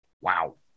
Wow